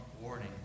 warning